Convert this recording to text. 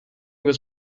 was